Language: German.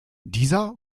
dieser